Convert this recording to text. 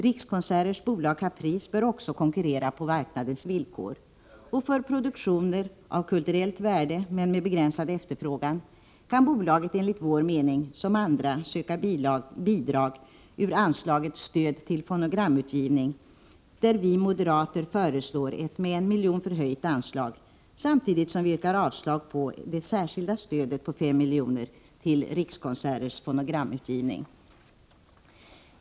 Rikskonserters bolag Caprice bör också konkurrera på marknadens villkor. För produktioner av kulturellt värde men med begränsad efterfrågan kan bolaget enligt vår mening som andra söka bidrag ur anslaget Stöd till fonogramutgivning, där vi moderater föreslår ett med 1 milj.kr. förhöjt anslag, samtidigt som vi yrkar avslag beträffande det särskilda stödet på 5 milj.kr. till Rikskonserters fonogramutgivning.